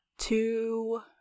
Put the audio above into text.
Two